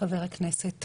חבר הכנסת מרגי.